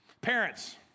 Parents